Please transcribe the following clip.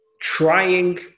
trying